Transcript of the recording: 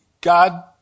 God